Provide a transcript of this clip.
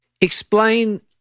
Explain